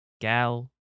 Gal